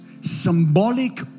symbolic